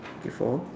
okay four